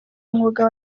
mwuga